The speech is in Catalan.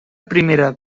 primera